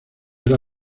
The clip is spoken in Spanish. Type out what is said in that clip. era